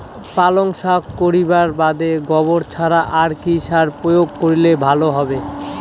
পালং শাক করিবার বাদে গোবর ছাড়া আর কি সার প্রয়োগ করিলে ভালো হবে?